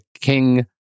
king